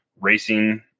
racing